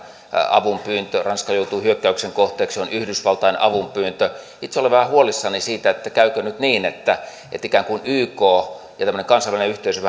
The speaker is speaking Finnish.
avunpyyntö ranska joutui hyökkäyksen kohteeksi on yhdysvaltain avunpyyntö itse olen vähän huolissani siitä käykö nyt niin että että ikään kuin yk ja tämmöinen kansainvälinen yhteisö